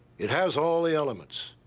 it has all the elements.